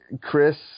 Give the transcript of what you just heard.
Chris